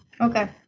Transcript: Okay